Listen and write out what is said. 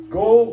go